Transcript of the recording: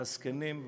והזקנים,